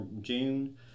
June